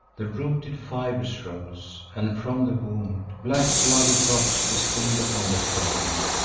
the rooted fibers rose, and from the wound black bloody drops distill'd upon the ground.